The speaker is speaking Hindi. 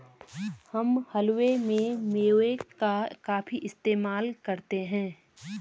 हम हलवे में मेवे का काफी इस्तेमाल करते हैं